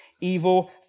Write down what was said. evil